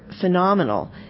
phenomenal